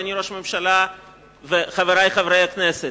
אדוני ראש הממשלה וחברי חברי הכנסת,